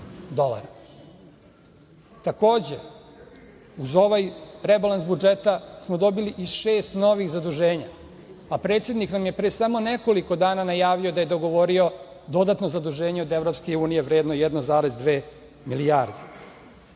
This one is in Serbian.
dolara. Takođe, uz ovaj rebalans budžeta mi smo dobili i šest novih zaduženja, a predsednik nam je pre samo nekoliko dana najavio da je dogovorio dodatno zaduženje od Evropske unije vredno 1,2 milijarde. Zato